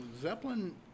Zeppelin